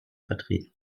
vertreten